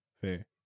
Fair